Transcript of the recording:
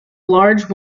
large